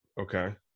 Okay